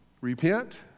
repent